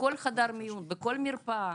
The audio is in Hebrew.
בכל חדר מיון, בכל מרפאה.